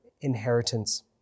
inheritance